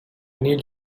need